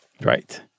Right